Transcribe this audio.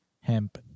hemp